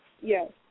Yes